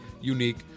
unique